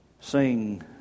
sing